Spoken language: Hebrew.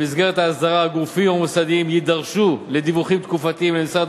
במסגרת ההסדרה הגופים המוסדיים יידרשו לדיווחים תקופתיים למשרד